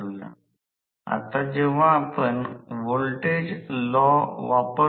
हा वरचा भाग एक स्टेटर आहे आणि अंतर्गत वर्तुळ रोटर आहे आणि त्या दरम्यान हवा अंतर आहे